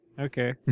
Okay